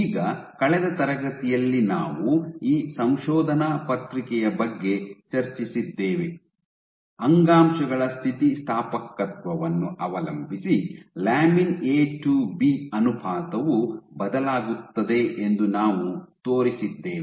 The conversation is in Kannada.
ಈಗ ಕಳೆದ ತರಗತಿಯಲ್ಲಿ ನಾವು ಈ ಸಂಶೋಧನಾ ಪತ್ರಿಕೆಯ ಬಗ್ಗೆ ಚರ್ಚಿಸಿದ್ದೇವೆ ಅಂಗಾಂಶಗಳ ಸ್ಥಿತಿಸ್ಥಾಪಕತ್ವವನ್ನು ಅವಲಂಬಿಸಿ ಲ್ಯಾಮಿನ್ ಎ ಟು ಬಿ ಅನುಪಾತವು ಬದಲಾಗುತ್ತದೆ ಎಂದು ನಾವು ತೋರಿಸಿದ್ದೇವೆ